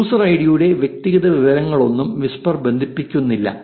user ഐഡിയുടെ വ്യക്തിഗത വിവരങ്ങളൊന്നും വിസ്പർ ബന്ധിപ്പിക്കുന്നില്ല